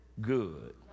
good